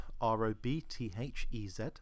R-O-B-T-H-E-Z